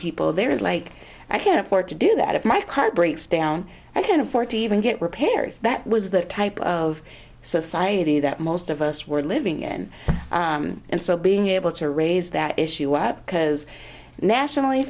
people there is like i can't afford to do that if my car breaks down i can't afford to even get repairs that was that type of society that most of us were living in and so being able to raise that issue up because nationally